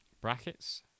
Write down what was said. brackets